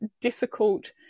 difficult